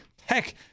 Heck